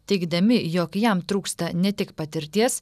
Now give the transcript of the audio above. teigdami jog jam trūksta ne tik patirties